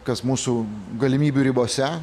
kas mūsų galimybių ribose